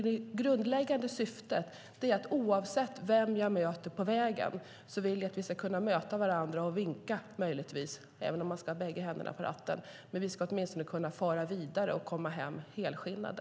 Det grundläggande syftet är att oavsett vem jag möter på vägen vill jag att vi ska kunna möta varandra och möjligtvis vinka, även om man ska ha bägge händerna på ratten, men vi ska åtminstone kunna fara vidare och komma hem helskinnade.